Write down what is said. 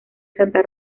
santa